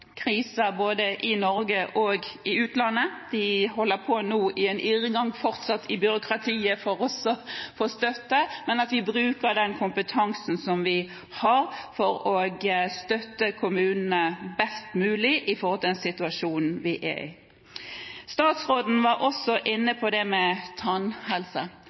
både i Norge og i utlandet – de holder nå fortsatt på i en irrgang i byråkratiet for å få støtte. Men vi må bruke den kompetansen som vi har, for å støtte kommunene best mulig i den situasjonen vi er i. Statsråden var også inne på det med tannhelse,